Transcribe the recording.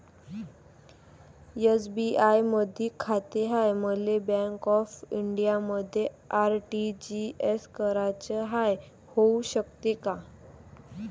SBI मधी खाते हाय, मले बँक ऑफ इंडियामध्ये आर.टी.जी.एस कराच हाय, होऊ शकते का?